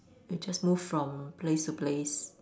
would just move from place to place